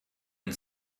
and